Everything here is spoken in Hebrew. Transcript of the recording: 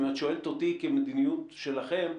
אם את שואלת אותי כמדיניות שלכם,